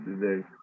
today